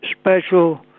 special